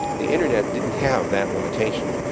the internet didn't have that limitation.